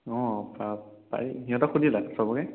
অঁ পাৰি সিহঁতক সুধিলা চবকে